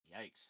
Yikes